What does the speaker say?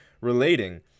relating